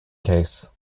case